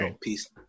Peace